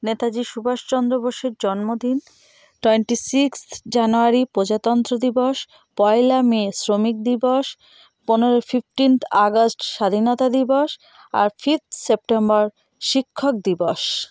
নেতাজি সুভাষ চন্দ্র বোসের জন্মদিন twenty sixth January প্রজাতন্ত্র দিবস পয়লা মে শ্রমিক দিবস পনেরো ফিফটিন্থ অগাস্ট স্বাধীনতা দিবস আর ফিফ্থ সেপ্টেম্বর শিক্ষক দিবস